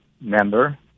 member